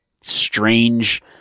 strange